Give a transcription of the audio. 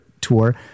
tour